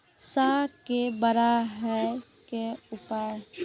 साग के बड़ा है के उपाय?